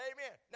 Amen